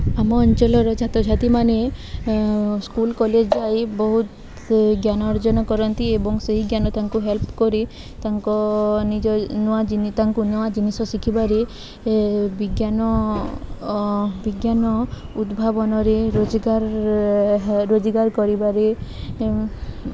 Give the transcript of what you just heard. ଆମ ଅଞ୍ଚଳର ଛାତ୍ରଛାତ୍ରୀମାନେ ସ୍କୁଲ୍ କଲେଜ୍ ଯାଇ ବହୁତ ସେ ଜ୍ଞାନ ଅର୍ଜନ କରନ୍ତି ଏବଂ ସେହି ଜ୍ଞାନ ତାଙ୍କୁ ହେଲ୍ପ କରି ତାଙ୍କ ନିଜ ନୂଆ ତାଙ୍କୁ ନୂଆ ଜିନିଷ ଶିଖିବାରେ ବିଜ୍ଞାନ ବିଜ୍ଞାନ ଉଦ୍ଭାବନରେ ରୋଜଗାର ରୋଜଗାର କରିବାରେ